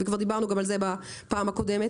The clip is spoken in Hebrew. וכבר דיברנו על זה בפעם הקודמת.